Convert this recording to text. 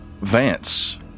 Vance